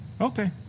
Okay